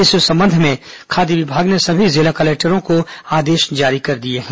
इस संबंध में खाद्य विभाग ने सभी जिला कलेक्टरों को आदेश जारी कर दिया है